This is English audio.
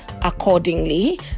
accordingly